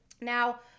Now